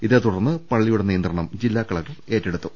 ഇതേതുടർന്ന് പള്ളിയുടെ നിയന്ത്രണം ജില്ലാ കലക്ടർ ഏറ്റെടുത്തു